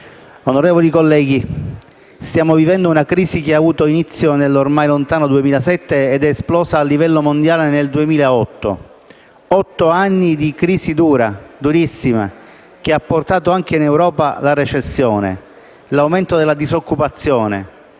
Onorevoli colleghi, stiamo vivendo una crisi che ha avuto inizio nell'ormai lontano 2007 e che è esplosa a livello mondiale nel 2008: otto anni in cui la crisi è stata dura, durissima, e ha portato anche in Europa la recessione, l'aumento della disoccupazione,